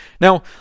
Now